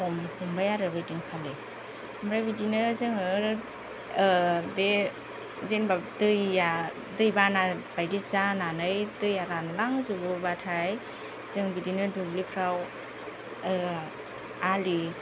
हमबाय आरो बैदिनखालि ओमफ्राय बिदिनो जोङो बे जेनेबा दैया बानाबायदि जानानै दैया रानलांजोबोब्लाथाय जों बिदिनो दुब्लिफोराव आलि